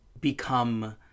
become